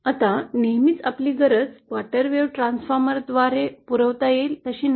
आता नेहमीच आपली गरज क्वार्टर वेव्ह ट्रान्सफॉर्मरद्वारे काय पुरवता येईल तशी नसेल